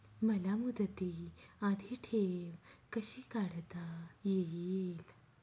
मला मुदती आधी ठेव कशी काढता येईल?